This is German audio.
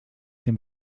dem